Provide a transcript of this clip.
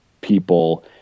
people